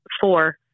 four